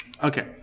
okay